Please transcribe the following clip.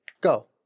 go